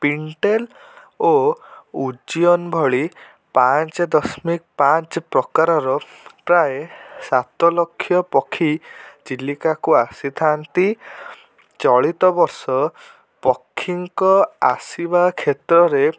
pintail ଓ wigeon ଭଳି ପାଞ୍ଚ ଦଶ୍ମିକ୍ ପାଞ୍ଚ ପ୍ରକାରର ପ୍ରାୟେ ସାତଲକ୍ଷ ପକ୍ଷୀ ଚିଲିକାକୁ ଆସି ଥାଆନ୍ତି ଚଳିତବର୍ଷ ପକ୍ଷୀଙ୍କ ଆସିବା କ୍ଷେତ୍ରରେ